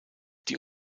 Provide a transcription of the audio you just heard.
die